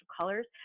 colors